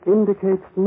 Indicates